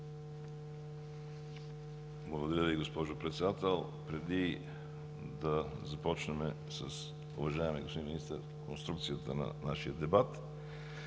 Благодаря Ви, госпожо Председател. Преди да започнем с уважаемия господин министър конструкцията на нашия дебат